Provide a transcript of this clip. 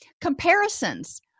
comparisons